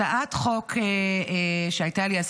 אני רוצה לתקן: הצעתה של